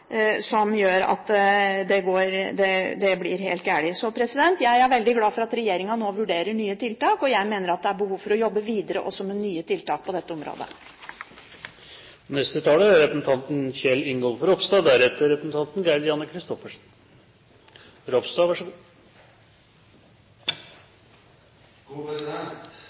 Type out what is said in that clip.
som gjør at det går helt galt. Jeg er veldig glad for at regjeringen nå vurderer nye tiltak, og jeg mener at det er behov for å jobbe videre med nye tiltak på dette